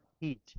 heat